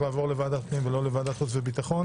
לעבור לוועדת הפנים ולא לוועדת חוץ וביטחון.